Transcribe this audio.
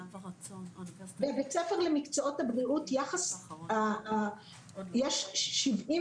בבית ספר למקצועות הבריאות, יש 76